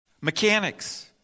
Mechanics